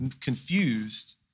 confused